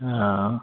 हँ